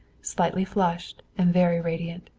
slightly flushed and very radiant.